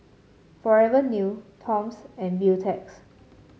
Forever New Toms and Beautex